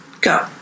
Go